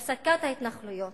הפסקת ההתנחלויות.